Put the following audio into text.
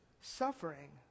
suffering